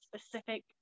specific